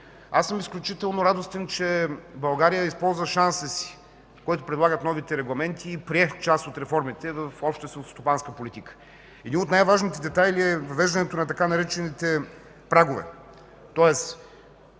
Аз съм изключително радостен, че България използва шанса си, който предлагат новите регламенти, и прие част от реформите в общата селскостопанска политика. Един от най-важните детайли е въвеждането на така наречените „прагове”.